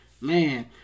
Man